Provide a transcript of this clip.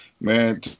man